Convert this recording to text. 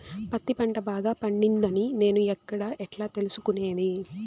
పత్తి పంట బాగా పండిందని నేను ఎక్కడ, ఎట్లా తెలుసుకునేది?